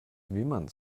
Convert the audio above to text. wimmern